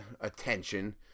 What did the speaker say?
attention